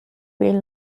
bill